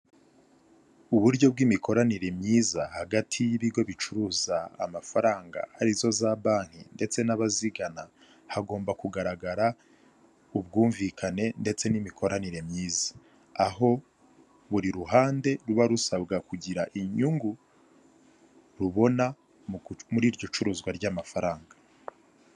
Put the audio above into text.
Uburyo bw'imikoranire myiza hagati y'ibigo bicuruza amafaranga arizo za banki ndetse n'abazigana hagomba kugaragara ubwumvikane ndetse n'imikoranire myiza, aho buri ruhande ruba rusabwa kugira inyungu rubona muri iryo curuzwa ry'amafaranga.